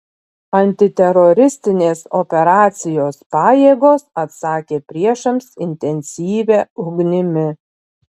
antiteroristinės operacijos pajėgos atsakė priešams intensyvia ugnimi